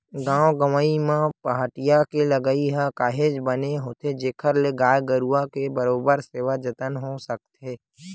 गाँव गंवई म पहाटिया के लगई ह काहेच बने होथे जेखर ले गाय गरुवा के बरोबर सेवा जतन हो सकथे